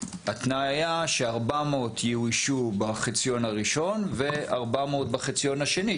התנאי היה ש-400 יאוישו בחציון הראשון ו-400 בחציון השני,